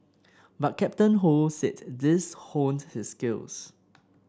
but Captain Ho said these honed his skills